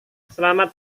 selamat